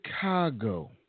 Chicago